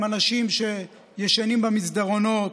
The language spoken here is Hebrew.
עם אנשים שישנים במסדרונות,